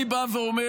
אני בא ואומר,